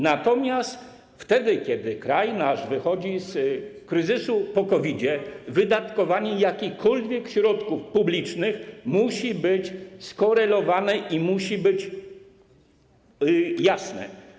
Natomiast wtedy, kiedy kraj nasz wychodzi z kryzysu po COVID, wydatkowanie jakichkolwiek środków publicznych musi być skorelowane i jasne.